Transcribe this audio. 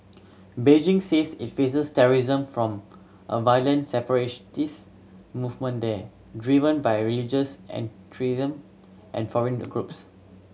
Beijing says it faces terrorism from a violent separatist movement there driven by religious and extremism and foreign the groups